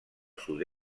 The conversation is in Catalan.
sud